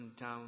town